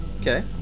Okay